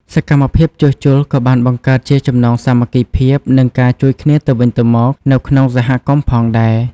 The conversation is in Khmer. សកម្មភាពជួសជុលក៏បានបង្កើតជាចំណងសាមគ្គីភាព និងការជួយគ្នាទៅវិញទៅមកនៅក្នុងសហគមន៍ផងដែរ។